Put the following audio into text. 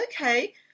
okay